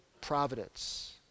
providence